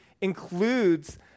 includes